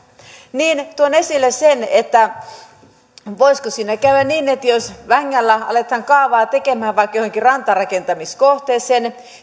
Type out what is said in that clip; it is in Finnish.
niin tuon esille sen voisiko siinä käydä niin että jos vängällä aletaan kaavaa tekemään vaikka johonkin rantarakentamiskohteeseen